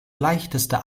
leichteste